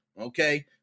okay